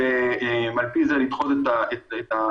--- ועל פי זה לבחון את הבקשות.